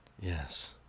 Yes